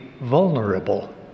vulnerable